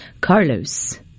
carlos